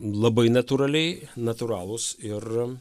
labai natūraliai natūralūs ir